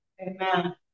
Amen